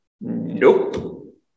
Nope